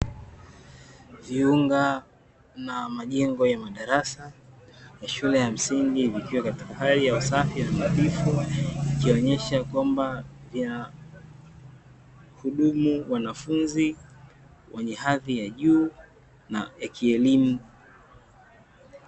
Viunga na majengo ya madarasa ya shule ya msingi vikiwa katika hali ya usafi na unadhifu, ikionyesha kwamba inahudumu wanafunzi wenye hadhi ya juu na ya kielimu.